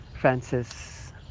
Francis